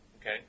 Okay